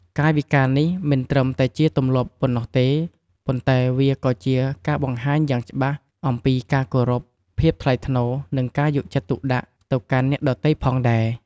កាយវិការនេះមិនត្រឹមតែជាទម្លាប់ប៉ុណ្ណោះទេ ប៉ុន្តែវាក៏ជាការបង្ហាញយ៉ាងច្បាស់អំពីការគោរព ភាពថ្លៃថ្នូរ និងការយកចិត្តទុកដាក់ទៅកាន់អ្នកដទៃផងដែរ។